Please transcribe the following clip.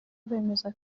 bemeza